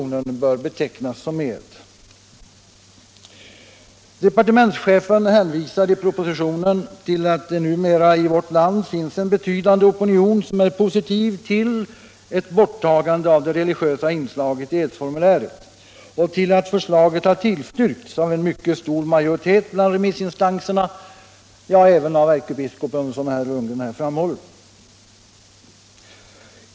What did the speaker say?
Departementschefen hänvisar i propositionen till att det numera i vårt land finns en betydande opinion, som är positiv till ett borttagande av det religiösa inslaget i edsformuläret och till att förslaget har tillstyrkts av en mycket stor majoritet bland remissinstanserna — även av ärkebiskopen, som herr Lundgren här framhållit.